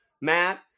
Matt